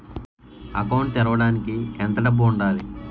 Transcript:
Account తెరవడానికి ఎంత డబ్బు ఉండాలి?